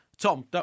Tom